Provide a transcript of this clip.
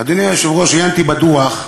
אדוני היושב-ראש, עיינתי בדוח,